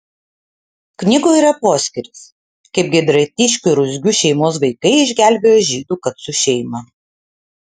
knygoje yra poskyris kaip giedraitiškių ruzgių šeimos vaikai išgelbėjo žydų kacų šeimą